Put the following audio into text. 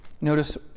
Notice